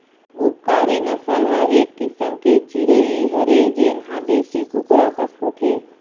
उपकारी नसल ह एक किसम के चिरई हरय जेन ह देसी कुकरा कस होथे